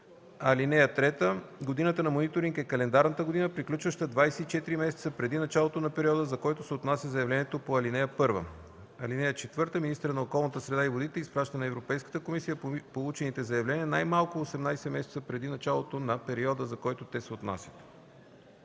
ал. 3. (3) Годината на мониторинг е календарната година, приключваща 24 месеца преди началото на периода, за който се отнася заявлението по ал. 1. (4) Министърът на околната среда и водите изпраща на Европейската комисия получените заявления най-малко 18 месеца преди началото на периода, за който те се отнасят.”